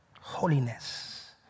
Holiness